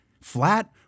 Flat